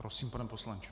Prosím, pane poslanče.